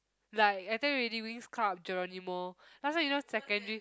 like I think really Winx-Club Geronimo last time you know secondary